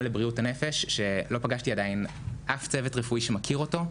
לבריאות הנפש שלא פגשתי עדיין אף צוות רפואי שמכיר אותו,